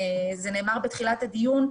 שנאמר בתחילת הדיון.